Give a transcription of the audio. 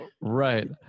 right